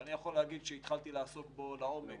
ואני יכול להגיד שהתחלתי לעסוק בו לעומק